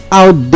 out